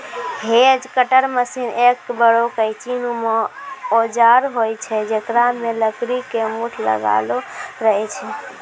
hedge cutter machine एक बड़ो कैंची नुमा औजार होय छै जेकरा मॅ लकड़ी के मूठ लागलो रहै छै